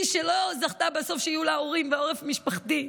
היא, שלא זכתה בסוף שיהיו לה הורים ועורף משפחתי,